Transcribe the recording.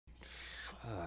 Fuck